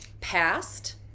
past